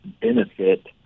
benefit